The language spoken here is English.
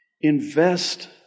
invest